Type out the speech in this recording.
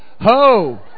Ho